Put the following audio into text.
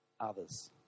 others